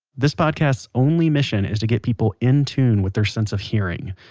this podcast's only mission is to get people in tune with their sense of hearing.